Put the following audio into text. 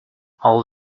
all